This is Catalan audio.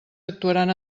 actuaran